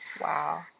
Wow